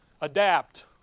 adapt